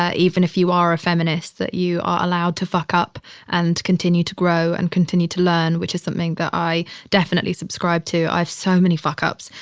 even if you are a feminist, that you are allowed to fuck up and continue to grow and continue to learn, which is something that i definitely subscribe to. i have so many fuckups,